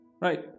Right